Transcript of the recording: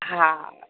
हा